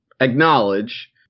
acknowledge